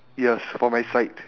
yes for my side